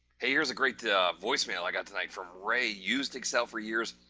hey, here's a great voicemail. i got tonight from ray used excel for years.